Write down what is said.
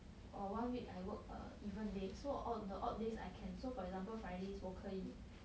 for one week I work err even days so on the odd days I can so for example fridays 我可以